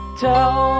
tell